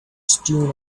strewn